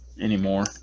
anymore